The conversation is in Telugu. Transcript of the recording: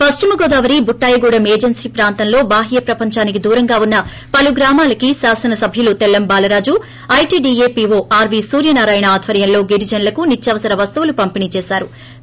పశ్చిమగోదావరిబుట్లాయగూడెం ఏజెన్పీ ప్రాంతంలో బాహ్వప్రపంచానికి దూరంగా వున్న పలు గ్రామాలకి కాస్త్రి సభ్యుడు Tellam Balaraju ITDA PO RV Suryanarayana ఆధ్వర్యంలో గిరిజనులకు నిత్యావసర వస్తువులను పంపిణీ చేశారు